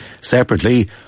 Separately